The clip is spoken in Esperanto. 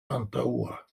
antaŭa